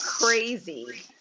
crazy